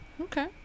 Okay